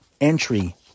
entry